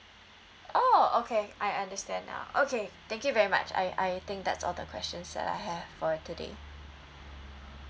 oh okay I understand now okay thank you very much I I think that's all the questions that I have for today